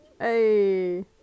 Hey